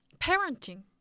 parenting